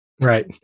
Right